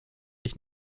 ich